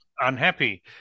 unhappy